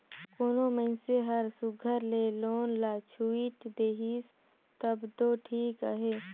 कोनो मइनसे हर सुग्घर ले लोन ल छुइट देहिस तब दो ठीक अहे